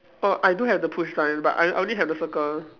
oh I don't have the push sign but I only have the circle